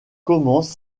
commence